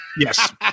yes